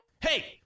Hey